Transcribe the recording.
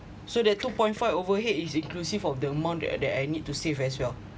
so that two point five overhead is inclusive of the amount that that I need to save as well